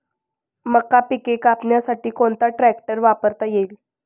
मका पिके कापण्यासाठी कोणता ट्रॅक्टर वापरता येईल?